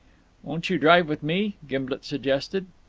won't you drive with me? gimblet suggested.